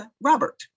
Robert